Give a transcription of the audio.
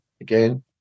again